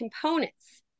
components